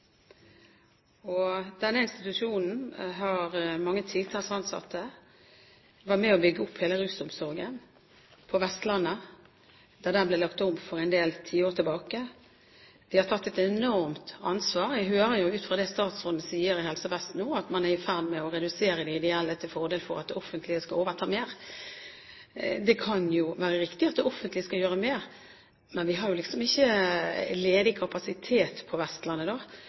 Denne institusjonen har mange titalls ansatte og var med på å bygge opp hele rusomsorgen på Vestlandet da den ble lagt om for en del tiår tilbake. De har tatt et enormt ansvar. Jeg hører ut fra det statsråden nå sier om Helse Vest, at man er i ferd med å redusere de ideelle til fordel for at det offentlige skal overta mer. Det kan jo være riktig at det offentlige skal gjøre mer, men vi har ikke ledig kapasitet på Vestlandet.